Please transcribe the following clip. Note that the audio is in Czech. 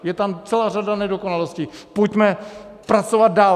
Je tam celá řada nedokonalostí, pojďme pracovat dál.